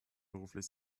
beruflich